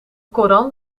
koran